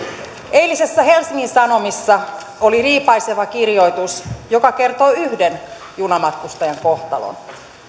eilisessä helsingin sanomissa oli riipaiseva kirjoitus joka kertoi yhden junamatkustajan kohtalon